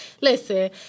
listen